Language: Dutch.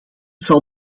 zal